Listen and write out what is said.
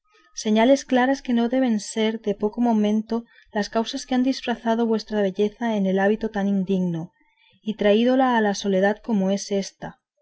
señales claras que no deben de ser de poco momento las causas que han disfrazado vuestra belleza en hábito tan indigno y traídola a tanta soledad como es ésta